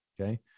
Okay